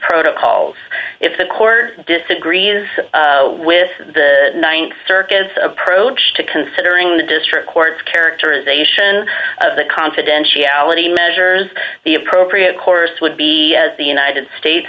protocols if the court disagrees with the th circuit approach to considering the district court characterization of the confidentiality measures the appropriate course would be the united states